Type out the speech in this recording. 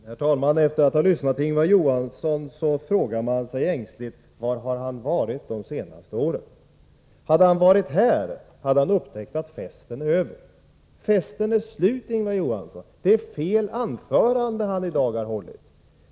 Herr talman! Efter att ha lyssnat till Ingvar Johansson frågar man sig ängsligt var han varit de senaste åren. Hade han varit här hade han upptäckt att festen är över. Festen är slut, Ingvar Johansson! Det är fel anförande han i dag hållit.